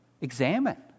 examine